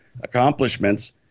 accomplishments